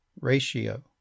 ratio